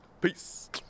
Peace